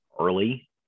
early